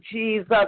Jesus